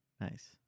Nice